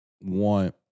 want